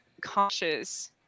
conscious